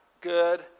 good